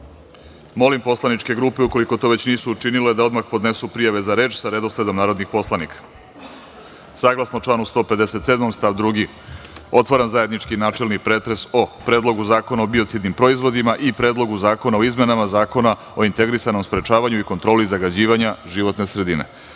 poslaničke grupe ukoliko to već nisu učinile da odmah podnesu prijave za reč sa redosledom narodnih poslanika. Saglasno članu 157. stav 2, otvaram zajednički načelni pretres o Predlogu zakona o biocidnim proizvodima i Predlogu zakona o izmenama Zakona o integrisanom sprečavanju i kontroli zagađivanja životne sredine. Reč